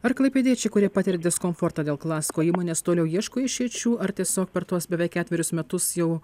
ar klaipėdiečiai kurie patiria diskomfortą dėl klasko įmonės toliau ieško išeičių ar tiesiog per tuos beveik ketverius metus jau